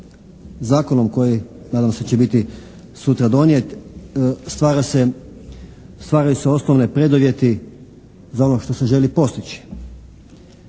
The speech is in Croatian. Zakonom koji nadam se da će biti sutra donijet, stvaraju se osnovni preduvjeti za ovo što se želi postići.